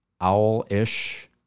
owl-ish